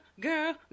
Girl